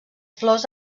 flors